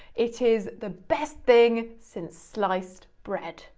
it is, the best thing since sliced bread.